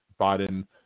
Biden